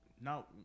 No